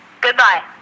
Goodbye